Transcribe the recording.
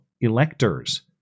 electors